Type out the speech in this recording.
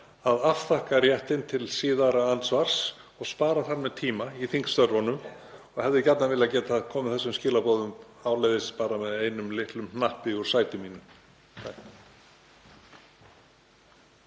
að afþakka réttinn til síðara andsvars og spara þar með tíma í þingstörfunum. Ég hefði gjarnan viljað geta komið þeim skilaboðum áleiðis bara með einum litlum hnappi úr sæti mínu.